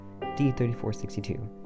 D-3462